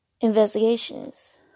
investigations